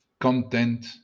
content